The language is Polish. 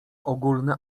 ogólne